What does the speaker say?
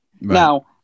Now